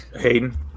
Hayden